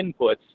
inputs